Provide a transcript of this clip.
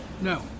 No